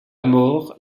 mort